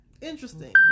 Interesting